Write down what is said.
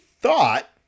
thought